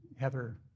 Heather